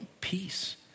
peace